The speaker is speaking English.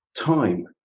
time